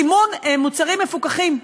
סימון מוצרים מפוקחים,